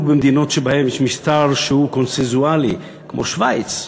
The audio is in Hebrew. במדינות שבהן יש משטר שהוא קונסנזואלי כמו שווייץ,